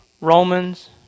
Romans